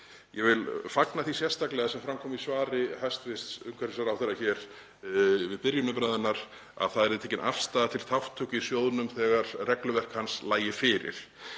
Ég vil fagna því sérstaklega sem fram kom í svari hæstv. umhverfisráðherra hér við byrjun umræðunnar, að það yrði tekin afstaða til þátttöku í sjóðnum þegar regluverk hans lægi fyrir.